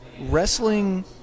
wrestling